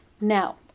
Now